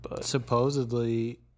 Supposedly